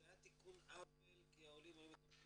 זה היה תיקון עוול כי העולים היו מקבלים